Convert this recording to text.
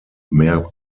mehr